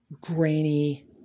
grainy